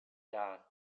down